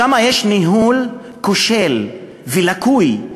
שם יש ניהול כושל ולקוי,